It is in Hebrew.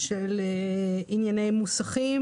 של ענייני מוסכים,